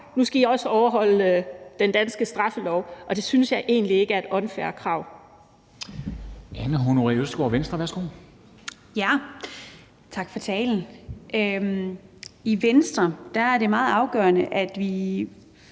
nu skal de også overholde den danske straffelov, og det synes jeg egentlig ikke er et unfair krav.